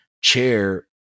chair